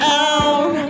out